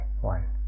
one